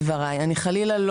יש הרבה מאוד